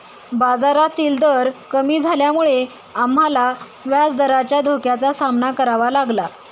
बाजारातील दर कमी झाल्यामुळे आम्हाला व्याजदराच्या धोक्याचा सामना करावा लागला